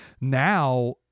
now